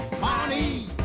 money